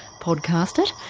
podcast it,